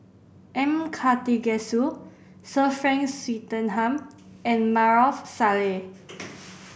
M Karthigesu Sir Frank Swettenham and Maarof Salleh